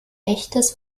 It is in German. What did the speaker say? echtes